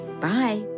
bye